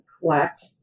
collect